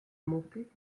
montée